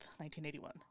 1981